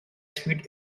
speed